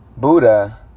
buddha